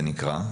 כך זה נקרא,